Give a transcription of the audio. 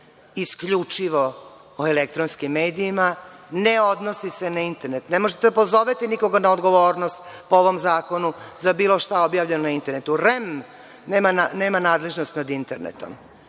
Isključivo o elektronskim medijima, ne odnosi se na internet. Ne možete da pozovete nikoga na odgovornost po ovom zakonu za bilo šta objavljeno na internetu. Dakle, REM nema nadležnost nad internetom,